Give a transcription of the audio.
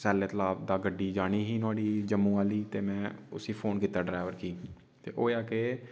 सैले तालाब तां गड्डी जानी ही नोहाड़ी जम्मू आह्ली ते में उसी फोन कीता ड्रैवर गी ते होएया केह्